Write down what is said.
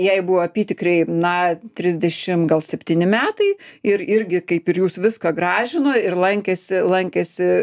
jai buvo apytikriai na trisdešim gal septyni metai ir irgi kaip ir jūs viską gražino ir lankėsi lankėsi